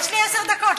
יש לי עשר דקות.